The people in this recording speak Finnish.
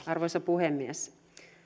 arvoisa puhemies